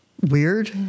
weird